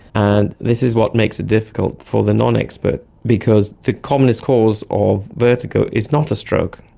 and this is what makes it difficult for the non-expert because the commonest cause of vertigo is not a stroke.